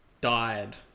died